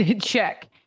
Check